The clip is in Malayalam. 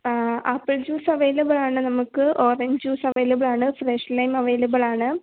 ആപ്പിൾ ജ്യൂസ് അവൈലബിൾ ആണ് നമുക്ക് ഓറഞ്ച് ജ്യൂസ് അവൈലബിൾ ആണ് ഫ്രഷ് ലൈം അവൈലബിൾ ആണ്